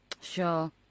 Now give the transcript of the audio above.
Sure